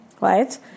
right